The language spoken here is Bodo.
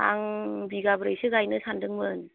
आं बिगाब्रैसो गायनो सानदोंमोन